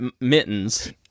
Mittens